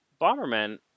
Bomberman